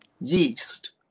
yeast